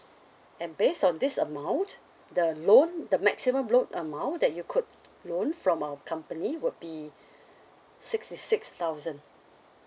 and based on this amount the loan the maximum loan amount that you could loan from our company will be sixty six thousand